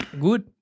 good